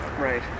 right